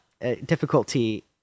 difficulty